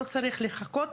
הוא לא צריך לחכות,